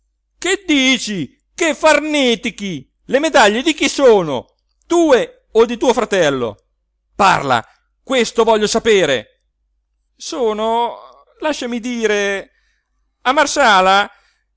che dici che farnetichi le medaglie di chi sono tue o di tuo fratello parla questo voglio sapere sono lasciami dire a marsala